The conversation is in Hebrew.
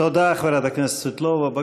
תודה, חברת הכנסת סבטלובה.